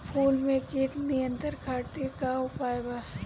फूल में कीट नियंत्रण खातिर का उपाय बा?